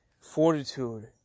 fortitude